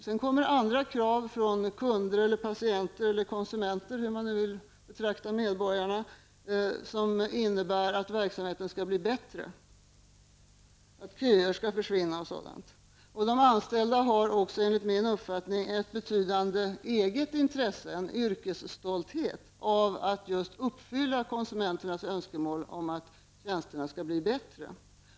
Sedan ställs andra krav från kunder, patienter eller konsumenter -- hur man nu vill betrakta medborgarna -- på att verksamheten skall bli bättre, t.ex. att köerna skall försvinna. Och de anställda har också, enligt min uppfattning, ett betydande eget intresse, en yrkesstolthet, att uppfylla konsumenternas önskemål om att tjänsterna skall bli bättre.